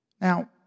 Now